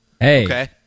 Hey